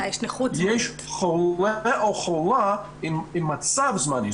יש חולה או חולה עם מצב זמני,